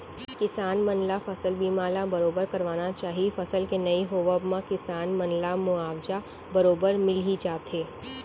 किसान मन ल फसल बीमा ल बरोबर करवाना चाही फसल के नइ होवब म किसान मन ला मुवाजा बरोबर मिल ही जाथे